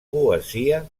poesia